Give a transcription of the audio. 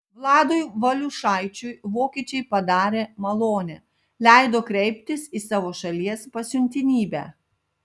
vladui valiušaičiui vokiečiai padarė malonę leido kreiptis į savo šalies pasiuntinybę